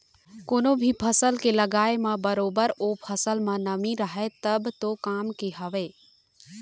कोनो भी फसल के लगाय म बरोबर ओ फसल म नमी रहय तब तो काम के हवय